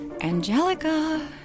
Angelica